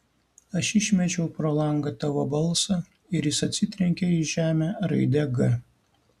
aš išmečiau pro langą tavo balsą ir jis atsitrenkė į žemę raide g